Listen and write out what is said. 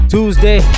Tuesday